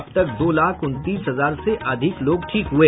अब तक दो लाख उनतीस हजार से अधिक लोग ठीक हुए